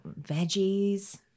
veggies